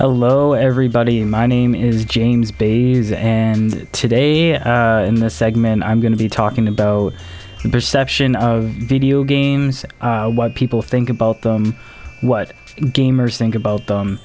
hello everybody my name is james bays and today we're in this segment i'm going to be talking about the perception of video games and what people think about them what gamers think about them